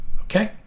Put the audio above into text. Okay